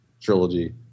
trilogy